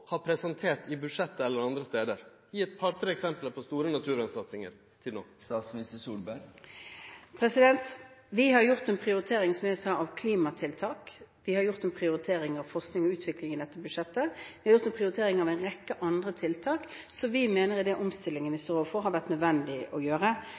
har presentert i budsjettet eller andre stader? Gje eit par–tre eksempel på store naturvernsatsingar til no. Vi har, som jeg sa, gjort en prioritering av klimatiltak, vi har gjort en prioritering av forskning og utvikling i dette budsjettet, og vi har gjort en prioritering av en rekke andre tiltak som vi mener – i den omstillingen vi